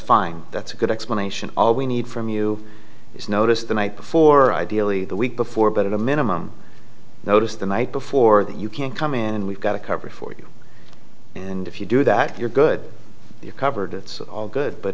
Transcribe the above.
fine that's a good explanation all we need from you is notice the night before ideally the week before but at a minimum notice the night before that you can come in and we've got a cover for you and if you do that you're good you're covered it's all good but